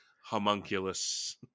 homunculus